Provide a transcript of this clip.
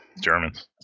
Germans